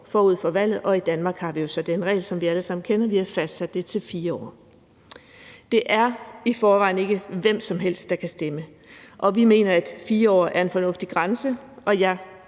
forud for valget. Og i Danmark har vi jo så den regel, som vi alle sammen kender, nemlig at vi har fastsat det til 4 år. Det er i forvejen ikke hvem som helst, der kan stemme, og vi mener, at 4 år er en fornuftig grænse. Jeg